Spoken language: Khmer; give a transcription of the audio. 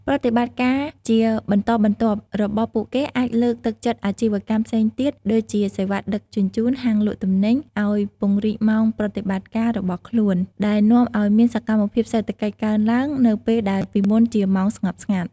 ប្រតិបត្តិការជាបន្តបន្ទាប់របស់ពួកគេអាចលើកទឹកចិត្តអាជីវកម្មផ្សេងទៀត (ដូចជាសេវាដឹកជញ្ជូន ហាងលក់ទំនិញ) ឱ្យពង្រីកម៉ោងប្រតិបត្តិការរបស់ខ្លួន ដែលនាំឱ្យមានសកម្មភាពសេដ្ឋកិច្ចកើនឡើងនៅពេលដែលពីមុនជាម៉ោងស្ងប់ស្ងាត់។